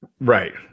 Right